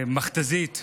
מכת"זית,